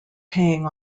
paying